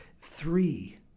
three